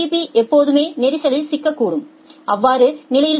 B எப்போதுமே நெரிசலில் சிக்கக்கூடும் அவ்வாறான நிலையில் டி